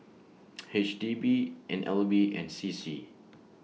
H D B N L B and C C